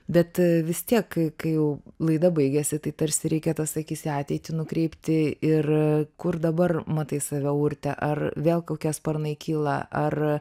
bet vis tiek kai kai jau laida baigiasi tai tarsi reikia tas akis į ateitį nukreipti ir kur dabar matai save urte ar vėl kokie sparnai kyla ar